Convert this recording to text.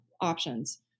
options